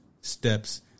steps